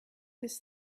this